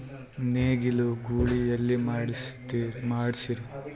ನೇಗಿಲ ಗೂಳಿ ಎಲ್ಲಿ ಮಾಡಸೀರಿ?